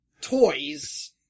toys